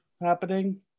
happening